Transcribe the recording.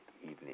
evening